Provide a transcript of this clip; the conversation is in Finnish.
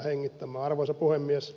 arvoisa puhemies